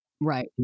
Right